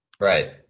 Right